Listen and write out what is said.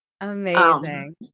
Amazing